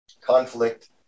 conflict